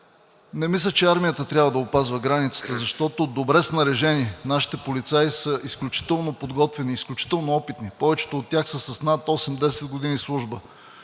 Не мисля, че армията трябва да опазва границите, защото, добре снаряжени, нашите полицаи са изключително подготвени, изключително опитни. Повечето от тях са с над осем-десет години служба.